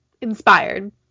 inspired